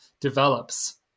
develops